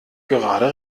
gerade